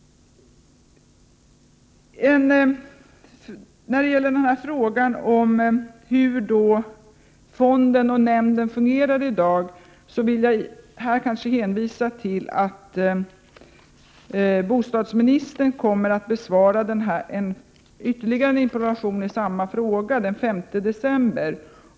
När det gäller frågan om hur fonden och nämnden fungerar i dag vill jag hänvisa till att bostadsministern kommer att besvara ytterligare en interpellation i samma ämne den 5 december.